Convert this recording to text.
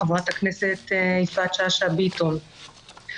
חברת הכנסת יפעת שאשא ביטון,